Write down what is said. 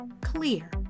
clear